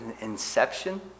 inception